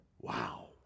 Wow